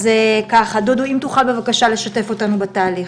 דודו, אם תוכל בבקשה לשתף אותנו בתהליך.